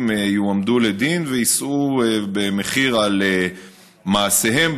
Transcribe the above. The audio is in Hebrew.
יועמדו לדין ויישאו במחיר על מעשיהם,